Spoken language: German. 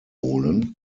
holen